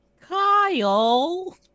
Kyle